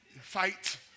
fight